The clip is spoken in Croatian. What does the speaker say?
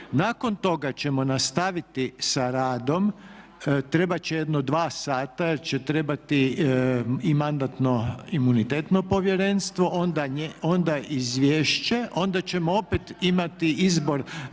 Nakon toga ćemo nastaviti sa radom, trebat će jedno 2 sata jer će trebati i Mandatno-imunitetno povjerenstvo onda izvješće i onda ćemo opet imati izbor